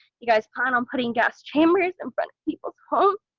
you guys plan on putting gas chambers in front of people's homes,